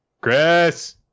Chris